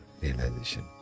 realization